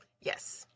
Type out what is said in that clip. Yes